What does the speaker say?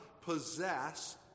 possess